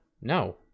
no